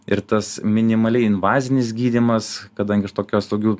ir tas minimaliai invazinis gydymas kadangi aš tokios tokių